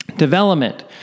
Development